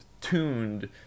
tuned